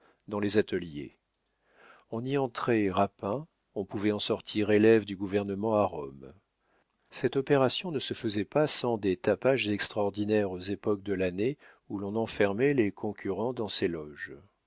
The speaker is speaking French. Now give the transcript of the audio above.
dans les ateliers on y entrait rapin on pouvait en sortir élève du gouvernement à rome cette opération ne se faisait pas sans des tapages extraordinaires aux époques de l'année où l'on enfermait les concurrents dans ces loges